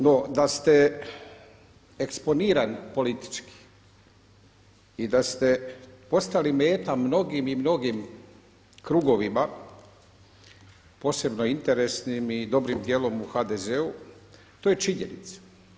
No da ste eksponirani politički i da ste postali meta mnogim i mnogim krugovima, posebno interesnim i dobrim dijelom u HDZ-om, to je činjenica.